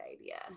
idea